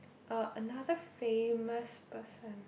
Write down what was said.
uh another famous person